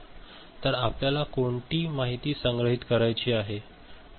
तर आपल्याला कोणती माहिती संग्रहित करायची आहे